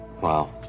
Wow